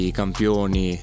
campioni